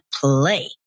play